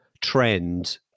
trend